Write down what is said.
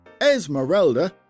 Esmeralda